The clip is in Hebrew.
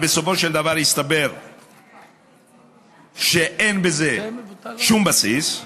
אבל בסופו של דבר הסתבר שאין לזה שום בסיס,